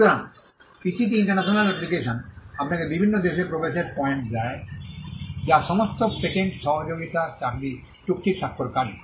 সুতরাং PCT international application আপনাকে বিভিন্ন দেশে প্রবেশের পয়েন্ট দেয় যা সমস্ত পেটেন্ট সহযোগিতা চুক্তির স্বাক্ষরকারী